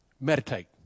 Meditate